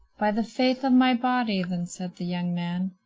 by the faith of my body, then said the young man,